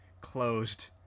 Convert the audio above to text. closed